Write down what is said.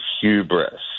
hubris